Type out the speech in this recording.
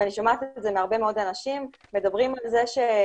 ואני שומעת את זה מהרבה מאוד אנשים מדברים על זה שבחלק